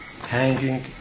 hanging